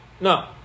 No